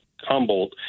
Humboldt